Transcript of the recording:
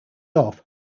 off